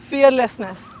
Fearlessness